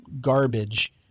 garbage